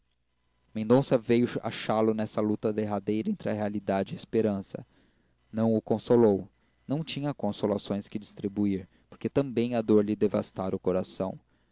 mendonça veio achá-lo nessa luta derradeira entre a realidade e a esperança não o consolou não tinha consolações que distribuir porque também a dor lhe devastara o coração